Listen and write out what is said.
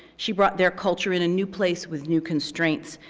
she brought their culture in a new place with new constraints,